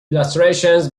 illustrations